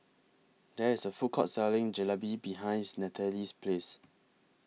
There IS A Food Court Selling Jalebi behinds Nathalie's House